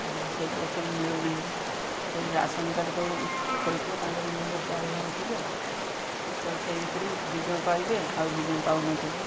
କିନ୍ତୁ ସେଗୁଡ଼ା ସବୁ ମିଳୁନାହିଁ କେହି ରାସନ କାର୍ଡ଼ କରୁଥିବ ତାଙ୍କର ମେମ୍ବର୍ ଚାରି ଜଣ ଥିବେ ତ ସେଇ ଭିତରୁ ଦୁଇ ଜଣ ପାଇବେ ଆଉ ଦୁଇ ଜଣ ପାଉନଥିବେ